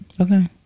Okay